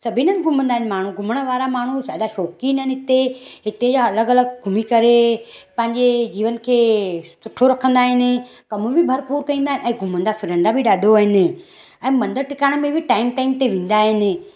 सभिनि हंद घुमंदा इन माण्हू घुमण वारा माण्हू ॾाढा शौक़ीनि आहिनि हिते हिते जा अलॻि अलॻि घुमी करे पंहिंजे जीवन खे सुठो रखंदा आहिनि कम बि भरपूरु कंदा आहिनि ऐं घुमंदा फिरंदा बि ॾाढो आहिनि ऐं मंदर टिकाणे में बि टाइम टाइम ते वेंदा आहिनि